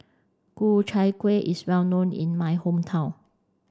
Ku Chai Kuih is well known in my hometown